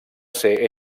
ser